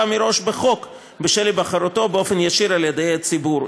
מראש בחוק בשל היבחרותו באופן ישיר על ידי הציבור.